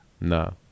no